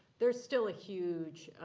there's still a huge,